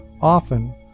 often